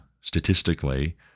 statistically